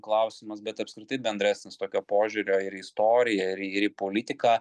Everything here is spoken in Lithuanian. klausimas bet apskritai bendresnis tokio požiūrio ir į istoriją ir į politiką